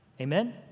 Amen